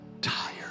tired